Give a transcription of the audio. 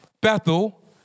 Bethel